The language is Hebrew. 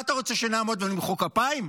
מה אתה רוצה, שנעמוד ונמחא כפיים?